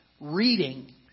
reading